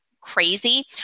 crazy